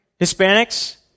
Hispanics